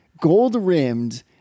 gold-rimmed